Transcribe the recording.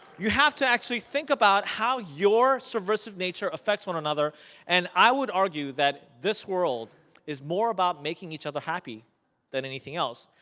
you have to actually think about how your subversive nature effects one another and i would argue that this world is more about making making each other happy than anything else.